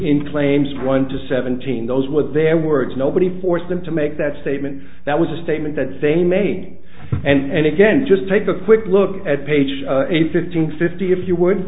in claims one to seventeen those with their words nobody forced them to make that statement that was a statement that say make and again just take a quick look at page eight fifteen fifty if you would